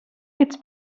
its